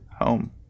home